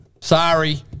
Sorry